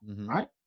right